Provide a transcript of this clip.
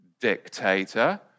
dictator